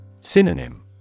Synonym